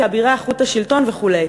כאבירי איכות השלטון וכו'.